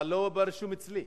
אבל לא רשום אצלי.